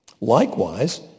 Likewise